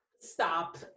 stop